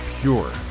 pure